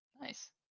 Nice